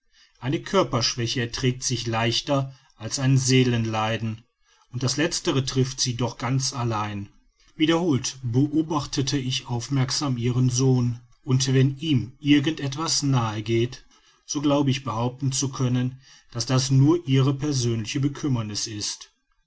eine körperschwäche erträgt sich leichter als ein seelenleiden und das letztere trifft sie doch ganz allein wiederholt beobachtete ich aufmerksam ihren sohn und wenn ihm irgend etwas nahe geht so glaube ich behaupten zu können daß das nur ihre persönliche bekümmerniß ist